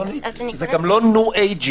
זה לא עניין של ניו-אייג'